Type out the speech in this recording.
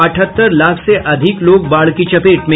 अठहत्तर लाख से अधिक लोग बाढ़ की चपेट में